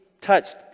touched